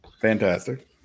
fantastic